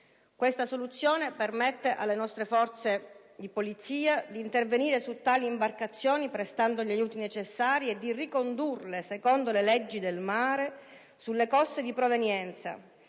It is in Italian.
Questa soluzione permette alle nostre Forze di polizia di intervenire su tali imbarcazioni, prestando gli aiuti necessari, e di ricondurle, secondo le leggi del mare, sulle coste di provenienza,